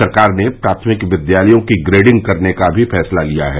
सरकार ने प्राथमिक विद्यालयों की ग्रेडिंग करने का भी फैसला लिया है